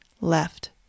left